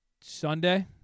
Sunday